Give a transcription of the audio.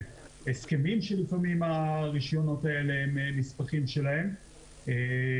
הסכמים שההסכמים האלה הם נספחים שלהם לפעמים.